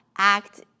act